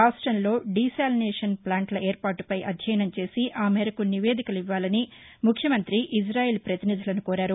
రాష్టంలో desalination ప్లాంట్ల ఏర్పాటుపై అధ్యయనం చేసి ఆమేరకు నివేదికలు ఇవ్వాలని ముఖ్యమంత్రి ఇజ్రాయెల్ పతినిధులను కోరారు